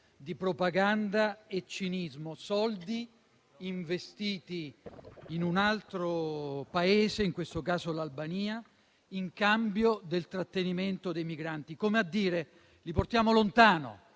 di propaganda e cinismo: soldi investiti in un altro Paese, in questo caso l'Albania, in cambio del trattenimento dei migranti. Come a dire: li portiamo lontano,